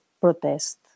protest